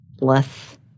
less